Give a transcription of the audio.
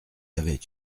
avait